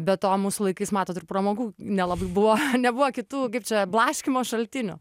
be to mūsų laikais matot ir pramogų nelabai buvo nebuvo kitų kaip čia blaškymo šaltinių